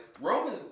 Roman